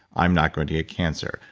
i'm not going to get cancer,